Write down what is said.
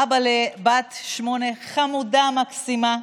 אבא לבת שמונה חמודה, מקסימה.